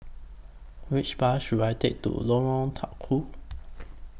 Which Bus should I Take to Lorong Tukol